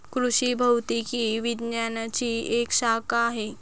कृषि भौतिकी विज्ञानची एक शाखा आहे